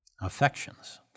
affections